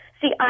see